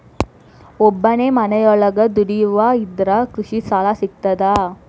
ಒಬ್ಬನೇ ಮನಿಯೊಳಗ ದುಡಿಯುವಾ ಇದ್ರ ಕೃಷಿ ಸಾಲಾ ಸಿಗ್ತದಾ?